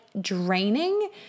draining